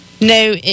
No